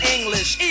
English